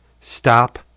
stop